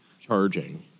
Charging